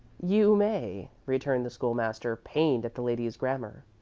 you may, returned the school-master, pained at the lady's grammar,